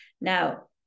Now